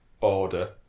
order